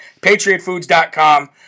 PatriotFoods.com